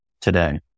today